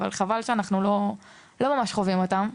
אבל חבל שאנחנו לא באמת חווים אותן.